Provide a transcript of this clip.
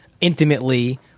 intimately